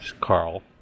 Carl